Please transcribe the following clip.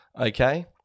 okay